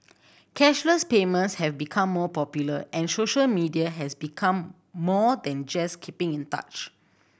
cashless payments have become more popular and social media has become more than just keeping in touch